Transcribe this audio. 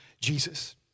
Jesus